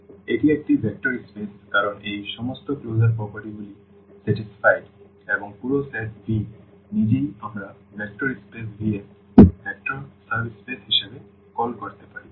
সুতরাং এটি একটি ভেক্টর স্পেস কারণ এই সমস্ত ক্লোজার প্রপার্টিগুলি সন্তুষ্ট এবং পুরো সেট V নিজেই আমরা ভেক্টর স্পেস V এর ভেক্টর সাব স্পেস হিসাবে কল করতে পারি